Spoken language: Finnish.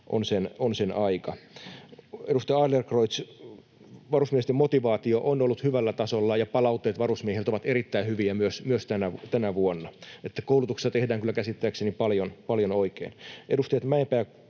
on sen aika. Edustaja Adlercreutz, varusmiesten motivaatio on ollut hyvällä tasolla, ja palautteet varusmiehiltä ovat erittäin hyviä myös tänä vuonna. Eli koulutuksessa tehdään kyllä käsittääkseni paljon oikein.